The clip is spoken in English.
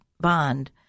bond